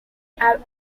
have